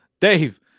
Dave